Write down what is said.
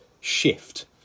shift